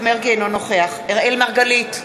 אינו נוכח אראל מרגלית,